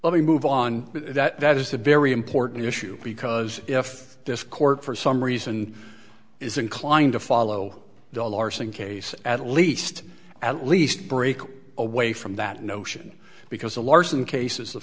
let me move on that is a very important issue because if this court for some reason is inclined to follow the larsen case at least at least break away from that notion because a larson cases the